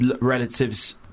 relatives